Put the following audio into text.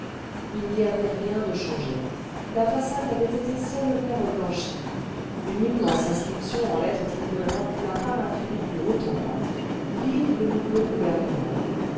r n'y avait rien de changé la façade avait été seulement reblanchie une immense inscription en lettres tricolores la paraphait du haut en bas vive le nouveau gouvernement